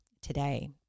today